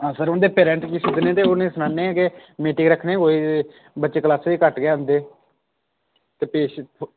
हां सर उं'दे पैरेंट बी सद्दने ते उनें सनाने के मीटिंग रक्खने कोई बच्चे क्लासां च घट्ट गै औंदे ते किश